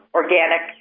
organic